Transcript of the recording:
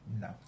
No